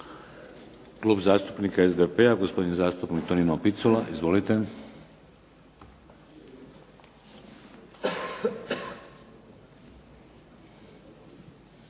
Klub zastupnika SDP-a gospodin zastupnik Tonino Picula, izvolite.